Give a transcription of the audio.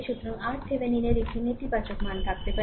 সুতরাং সুতরাং RThevenin এর একটি নেতিবাচক মান থাকতে পারে